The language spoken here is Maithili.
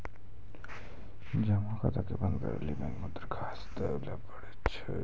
जमा खाता के बंद करै लेली बैंक मे दरखास्त देवै लय परै छै